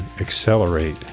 accelerate